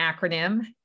acronym